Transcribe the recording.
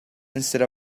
instead